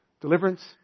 deliverance